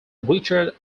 richard